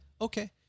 okay